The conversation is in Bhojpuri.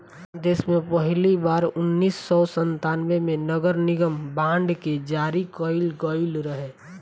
देस में पहिली बार उन्नीस सौ संतान्बे में नगरनिगम बांड के जारी कईल गईल रहे